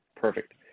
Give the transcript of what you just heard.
Perfect